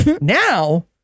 Now